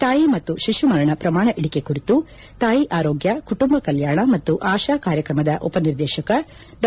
ತಾಯಿ ಮತ್ತು ಶಿಶು ಮರಣ ಪ್ರಮಾಣ ಇಳಿಕೆ ಕುರಿತು ತಾಯಿ ಆರೋಗ್ಯ ಕುಟುಂಬ ಕಲ್ಯಾಣ ಮತ್ತು ಆಶಾ ಕಾರ್ಯಕ್ರಮದ ಉಪನಿರ್ದೇಶಕ ಡಾ